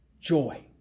joy